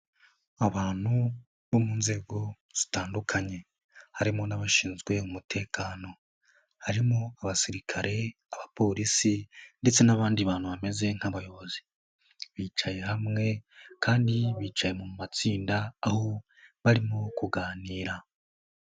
Abantu bo mu nzego zitandukanye, harimo n'abashinzwe umutekano. Harimo abasirikare, abaporisi ndetse n'abandi bantu bameze nk'abayobozi, bicaye hamwe kandi bicaye mu matsinda aho barimo kuganira.